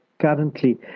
currently